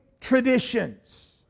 traditions